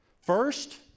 First